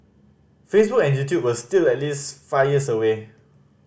Facebook and YouTube were still at least five years away